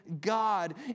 God